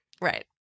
Right